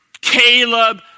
Caleb